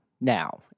Now